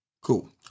Cool